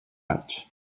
vaig